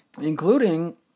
Including